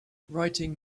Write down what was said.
writing